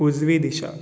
उजवी दिशा